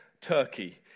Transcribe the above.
Turkey